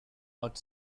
out